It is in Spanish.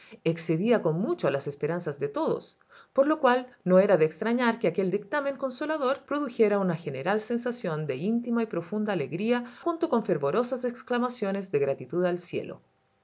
excedía con mucho a las esperanzas de todos por lo cual no era de extrañar que aquel dictamen consolador produjera una general sensación de íntima y profunda alegría junto con fervorosas exclamaciones de gratitud al cielo